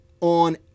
on